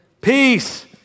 Peace